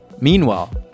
Meanwhile